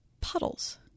puddles